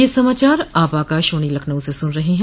ब्रे क यह समाचार आप आकाशवाणी लखनऊ से सुन रहे हैं